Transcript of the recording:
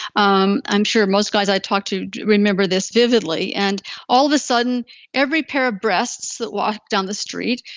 um i'm sure most guys i talk to remember this vividly, and all of a sudden every pair of breasts that walk down the street,